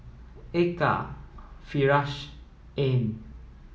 Eka Firash Ain